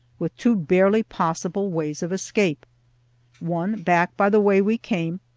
with two barely possible ways of escape one back by the way we came,